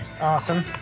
Awesome